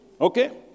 Okay